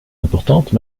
importantes